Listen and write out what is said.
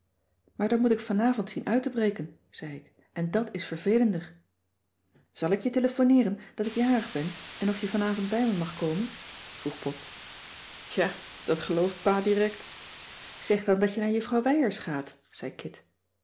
maar dan moet ik vanavond zien uit te breken zei ik en dat is vervelender zal ik je telefoneeren dat ik jarig ben en of je vanavond bij me mag komen vroeg pop ja dat gelooft pa direct zeg dan dat je naar juffrouw wijers gaat zei kit